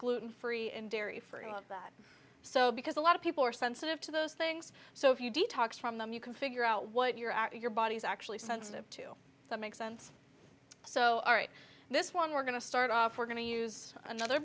gluten free and dairy free of that so because a lot of people are sensitive to those things so if you detox from them you can figure out what your are your body is actually sensitive to that makes sense so i write this one we're going to start off we're going to use another